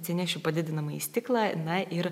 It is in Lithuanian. atsinešiu padidinamąjį stiklą na ir